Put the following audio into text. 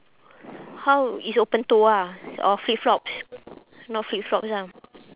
how it's open toe ah or flip flops not flip flops ah